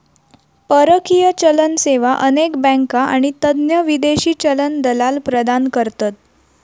परकीय चलन सेवा अनेक बँका आणि तज्ञ विदेशी चलन दलाल प्रदान करतत